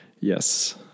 Yes